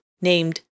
named